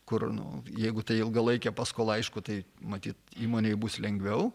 kur nu jeigu tai ilgalaikė paskola aišku tai matyt įmonei bus lengviau